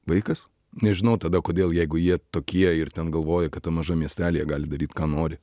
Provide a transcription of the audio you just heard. vaikas nežinau tada kodėl jeigu jie tokie ir ten galvoja kad tam mažam miestelyje gali daryt ką nori